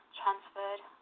transferred